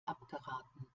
abgeraten